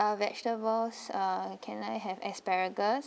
ah vegetables ah can I have asparagus